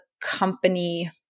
company